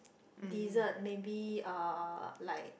dessert maybe uh like